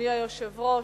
אדוני היושב-ראש,